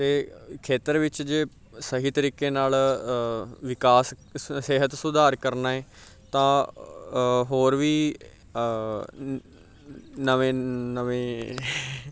ਅਤੇ ਖੇਤਰ ਵਿੱਚ ਜੇ ਸਹੀ ਤਰੀਕੇ ਨਾਲ ਵਿਕਾਸ ਸਿਹਤ ਸੁਧਾਰ ਕਰਨਾ ਹੈ ਤਾਂ ਹੋਰ ਵੀ ਅ ਨਵੇਂ ਨਵੇ